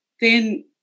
then-